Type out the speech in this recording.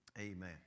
Amen